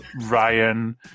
Ryan